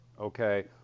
Okay